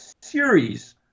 series